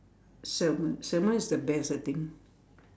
salmon salmon is the best I think